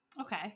Okay